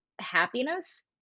happiness